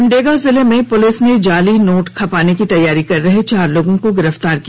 सिमडेगा जिले की पुलिस ने जाली नोट को खपाने की तैयारी कर रहे चार लोगों को गिरफ्तार किया है